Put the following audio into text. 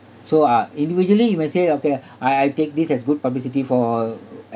so ah individually you may say okay I I take this as good publicity for